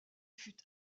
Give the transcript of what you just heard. fut